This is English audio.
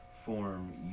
form